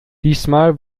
diesmal